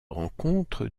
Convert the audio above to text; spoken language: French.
rencontre